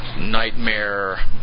nightmare